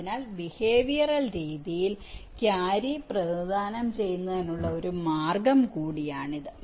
അതിനാൽ ബിഹേവിയറൽ രീതിയിൽ ക്യാരി പ്രതിനിധാനം ചെയ്യുന്നതിനുള്ള ഒരു മാർഗ്ഗം കൂടിയാണിത്